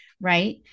right